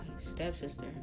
stepsister